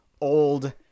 old